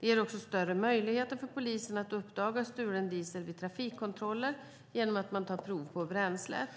Det ger också större möjligheter för polisen att uppdaga stulen diesel vid trafikkontroller genom att man tar prov på bränslet.